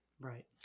Right